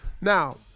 Now